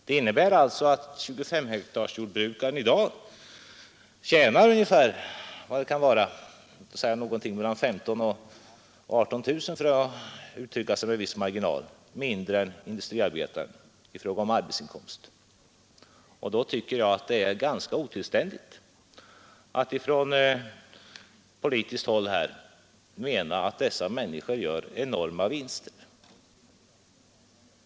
Det innebär alltså att 25-hektarsjordbrukaren i dag tjänar — för att uttrycka sig med en viss marginal — mellan 15 000 och 18000 kronor mindre än industriarbetaren. Då är det otillständigt att från politiskt håll mena att dessa människor gör enorma vinster.